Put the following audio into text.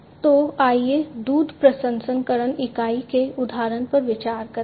तो आइए दूध प्रसंस्करण इकाई के उदाहरण पर विचार करें